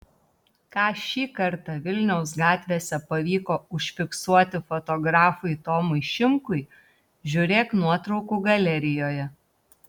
ką šį kartą vilniaus gatvėse pavyko užfiksuoti fotografui tomui šimkui žiūrėk nuotraukų galerijoje